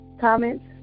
comments